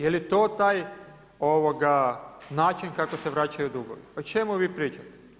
Jel je to taj način kako se vraćaju dugovi, pa o čemu vi pričate.